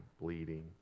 bleeding